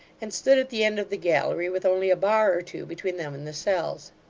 and stood at the end of the gallery with only a bar or two between them and the cells.